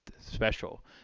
special